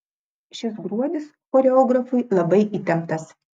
šis gruodis choreografui labai įtemptas